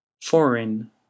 Foreign